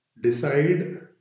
decide